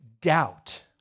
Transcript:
doubt